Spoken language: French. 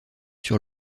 sur